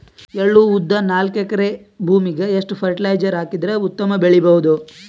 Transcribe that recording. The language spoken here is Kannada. ಎಳ್ಳು, ಉದ್ದ ನಾಲ್ಕಎಕರೆ ಭೂಮಿಗ ಎಷ್ಟ ಫರಟಿಲೈಜರ ಹಾಕಿದರ ಉತ್ತಮ ಬೆಳಿ ಬಹುದು?